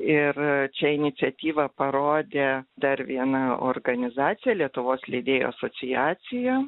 ir čia iniciatyvą parodė dar viena organizacija lietuvos leidėjų asociacija